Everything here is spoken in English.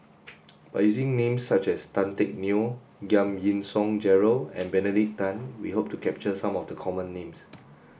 by using names such as Tan Teck Neo Giam Yean Song Gerald and Benedict Tan we hope to capture some of the common names